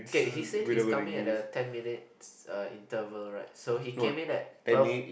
kay he said he's coming at uh ten minutes uh interval right so he came in at twelve